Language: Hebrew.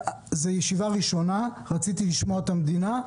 זאת ישיבה ראשונה, ורציתי לשמוע את נציגי המדינה.